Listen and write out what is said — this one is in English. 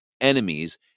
enemies